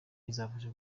izafasha